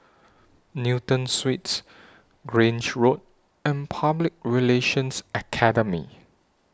Newton Suites Grange Road and Public Relations Academy